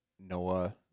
Noah